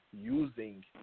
using